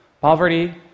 Poverty